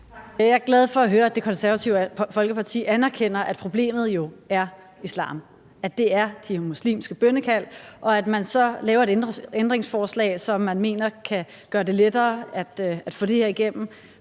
Jeg er glad for at høre, at Det Konservative Folkeparti anerkender, at problemet jo er islam, og at det er de muslimske bønnekald, det drejer sig om. Og når man så fra konservativ side laver et ændringsforslag, som man mener kan gøre det lettere at få det her igennem,